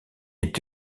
est